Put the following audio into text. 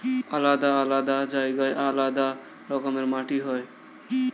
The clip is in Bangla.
আলাদা আলাদা জায়গায় আলাদা রকমের মাটি হয়